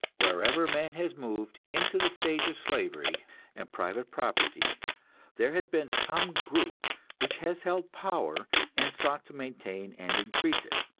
wherever man has moved into the stage of slavery and private property there has been some group which has held power and sought to maintain and increase it.